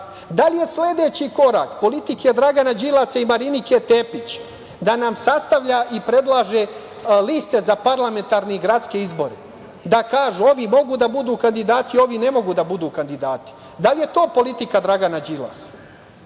Da li je sledeći korak politike Dragana Đilasa i Marinike Tepić da nam sastavlja i predlaže liste za parlamentarne i gradske izbore, da kažu ovi mogu da budu kandidati, ovi ne mogu da budu kandidati? Da li je to politika Dragana Đilasa?